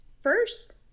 first